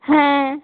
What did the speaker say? হ্যাঁ